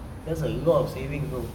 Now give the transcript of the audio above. there's a lot of savings bro